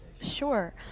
Sure